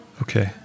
Okay